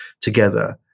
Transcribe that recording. together